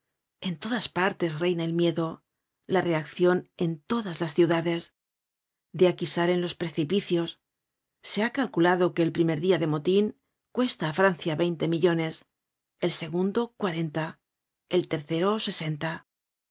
en todas partes reina el miedo la reaccion en todas las ciudades de aquí salen los precipicios se ha calculado que el primer dia de motin cuesta á francia veinte millones el segundo cuarenta el tercero sesenta